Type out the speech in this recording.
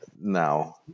now